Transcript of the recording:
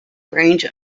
range